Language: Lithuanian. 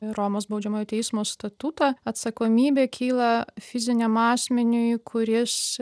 romos baudžiamojo teismo statutą atsakomybė kyla fiziniam asmeniui kuris